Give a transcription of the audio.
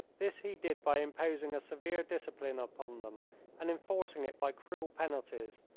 this he did by imposing a severe discipline upon them and enforcing it by cruel penalties,